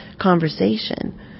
conversation